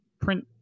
print